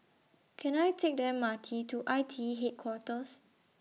Can I Take The M R T to I T E Headquarters